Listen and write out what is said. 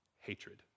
hatred